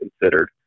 considered